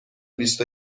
بیست